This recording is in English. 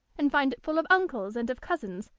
and find it full of uncles and of cousins,